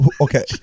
Okay